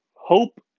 hope